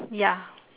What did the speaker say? ya